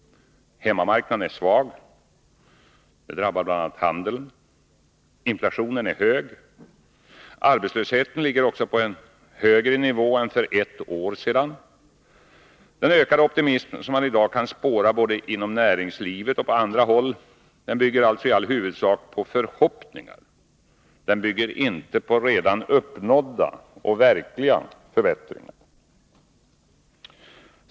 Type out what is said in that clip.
Hemmamarknaden är svag, något som bl.a. drabbar handeln. Inflationen är hög. Arbetslösheten ligger också på en högre nivå än för ett år sedan. Den ökade optimism som man i dag kan spåra både inom näringslivet och på andra håll bygger alltså i all huvudsak på förhoppningar — inte på redan uppnådda verkliga förbättringar.